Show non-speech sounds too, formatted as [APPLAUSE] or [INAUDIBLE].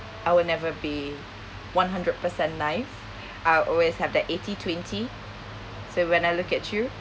I will never be one hundred percent nice [BREATH] I'll always have the eighty twenty so when I look at you